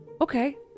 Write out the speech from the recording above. Okay